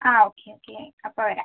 ആ okay okay അപ്പോൾ വരാം